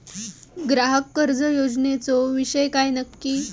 ग्राहक कर्ज योजनेचो विषय काय नक्की?